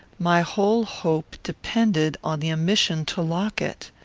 my whole hope depended on the omission to lock it.